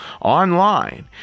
online